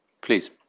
Please